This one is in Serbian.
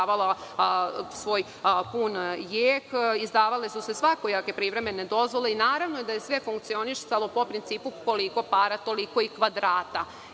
doživljavala svoj pun jek. Izdavale su se svakojake privremene dozvole i naravno da je sve funkcionisalo pro principu „koliko para, toliko i kvadrata“.